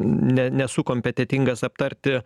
ne nesu kompetentingas aptarti